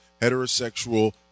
heterosexual